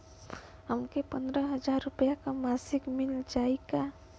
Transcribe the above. हमके पन्द्रह हजार रूपया क मासिक मिल जाई का?